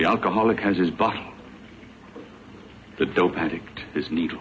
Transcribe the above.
the alcoholic has his body the dope addict is ne